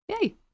Yay